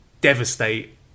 devastate